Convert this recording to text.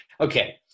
okay